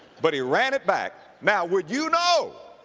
but he ran it back. now would you know